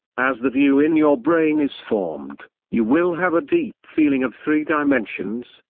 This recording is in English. as the view in your brain is formed, you will have a deep feeling of three dimensions,